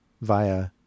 via